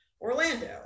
Orlando